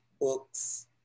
books